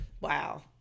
wow